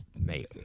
mate